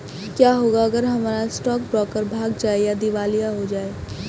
क्या होगा अगर हमारा स्टॉक ब्रोकर भाग जाए या दिवालिया हो जाये?